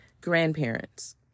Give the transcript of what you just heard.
Grandparents